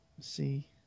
see